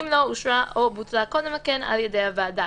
אם לא אושרה או בוטלה קודם לכן על ידי הוועדה,